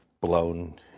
blown